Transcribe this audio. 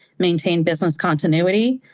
maintain business continuity,